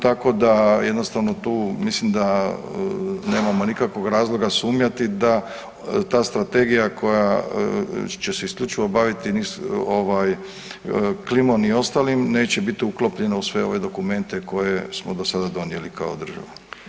Tako da jednostavno tu mislim da nemamo nikakvog razloga sumnjati da ta strategija koja će se isključivo baviti klimom i ostalim neće biti uklopljena u sve ove dokumente koje smo dosada donijeli kao država.